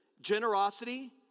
Generosity